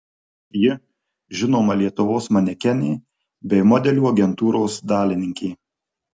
ji žinoma lietuvos manekenė bei modelių agentūros dalininkė